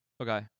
Okay